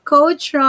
Coach